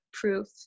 proof